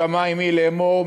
לא בשמים היא לאמֹר,